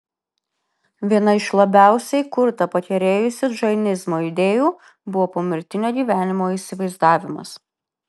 viena iš labiausiai kurtą pakerėjusių džainizmo idėjų buvo pomirtinio gyvenimo įsivaizdavimas